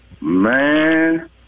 Man